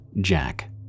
Jack